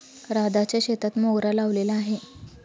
राधाच्या शेतात मोगरा लावलेला आहे